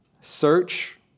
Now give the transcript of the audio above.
Search